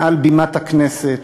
מעל בימת הכנסת,